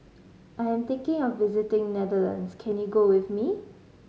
I'm thinking of visiting Netherlands can you go with me